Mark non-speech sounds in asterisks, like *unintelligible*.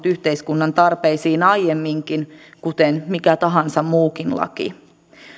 *unintelligible* yhteiskunnan tarpeisiin aiemminkin kuten mikä tahansa muukin laki